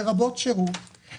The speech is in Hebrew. בין אם זה שירותים,